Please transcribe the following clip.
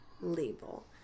label